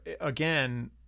again